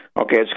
Okay